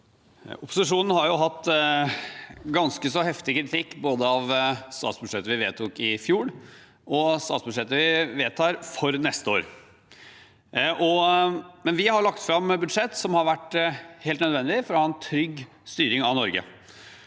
Opposisjo- nen har hatt ganske så heftig kritikk både av statsbudsjettet vi vedtok i fjor, og av statsbudsjettet vi vedtar for neste år. Men vi har lagt fram budsjett som har vært helt nødvendige for å ha en trygg styring av Norge.